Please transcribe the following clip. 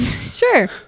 sure